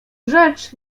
rzecz